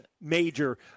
major